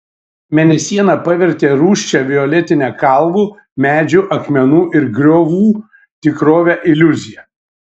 mėnesiena pavertė rūsčią violetinę kalvų medžių akmenų ir griovų tikrovę iliuzija